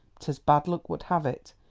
but, as bad luck would have it,